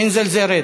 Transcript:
אינזל זה רד.